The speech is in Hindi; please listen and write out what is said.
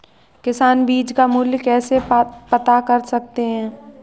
किसान बीज का मूल्य कैसे पता कर सकते हैं?